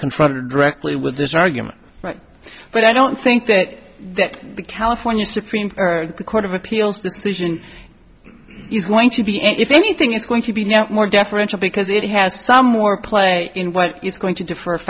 confronted directly with this argument but i don't think that that the california supreme court of appeals decision is going to be if anything it's going to be now more deferential because it has some more play in what it's going to d